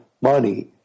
money